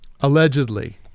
Allegedly